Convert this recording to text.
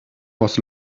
was